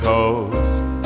Coast